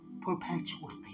perpetually